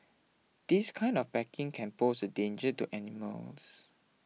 this kind of packaging can pose a danger to animals